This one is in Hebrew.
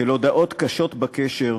של הודעות קשות בקשר,